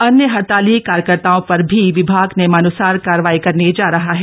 अन्य हड़ताली कार्यकर्ताओं पर भी विभाग नियमानसार कार्रवाई करने जा रहा है